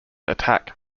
attack